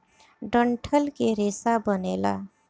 डंठल के रेसा बनेला